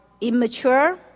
immature